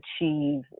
achieve